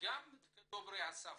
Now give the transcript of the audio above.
גם כדוברי השפה,